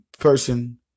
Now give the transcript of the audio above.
person